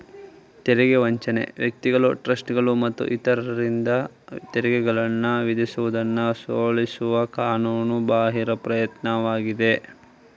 ತೆರಿಗೆ ವಂಚನೆ ವ್ಯಕ್ತಿಗಳು ಟ್ರಸ್ಟ್ಗಳು ಮತ್ತು ಇತರರಿಂದ ತೆರಿಗೆಗಳನ್ನ ವಿಧಿಸುವುದನ್ನ ಸೋಲಿಸುವ ಕಾನೂನು ಬಾಹಿರ ಪ್ರಯತ್ನವಾಗಿದೆ